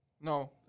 No